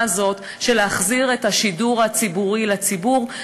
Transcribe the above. הזאת של להחזיר את השידור הציבורי לציבור,